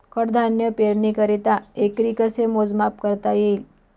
कडधान्य पेरणीकरिता एकरी कसे मोजमाप करता येईल?